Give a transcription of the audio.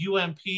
UMP